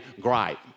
gripe